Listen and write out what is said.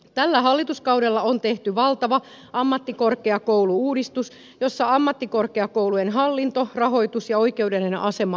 tällä hallituskaudella on tehty valtava ammattikorkeakoulu uudistus jossa ammattikorkeakoulujen hallinto rahoitus ja oikeudellinen asema uudistettiin